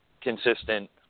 consistent